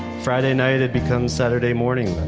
friday night had become saturday morning,